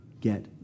get